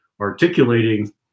articulating